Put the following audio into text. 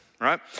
right